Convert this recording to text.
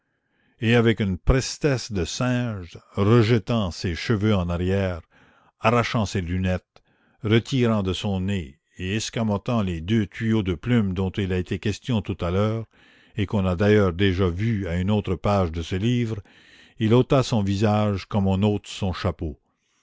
et avec une prestesse de singe rejetant ses cheveux en arrière arrachant ses lunettes retirant de son nez et escamotant les deux tuyaux de plume dont il a été question tout à l'heure et qu'on a d'ailleurs déjà vus à une autre page de ce livre il ôta son visage comme on ôte son chapeau